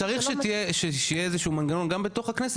צריך שיהיה איזשהו מנגנון גם בתוך הכנסת